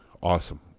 Awesome